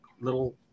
little